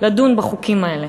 לדון בחוקים האלה,